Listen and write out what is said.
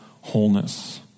wholeness